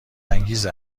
انگیز